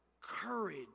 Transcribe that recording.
Courage